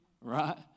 Right